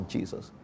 Jesus